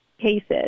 Cases